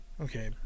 Okay